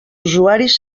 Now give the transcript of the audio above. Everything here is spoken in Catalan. usuaris